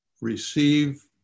receive